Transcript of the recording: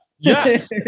Yes